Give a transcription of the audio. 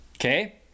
Okay